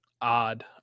odd